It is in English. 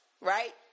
right